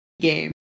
game